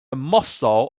muscle